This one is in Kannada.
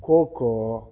ಖೋ ಖೋ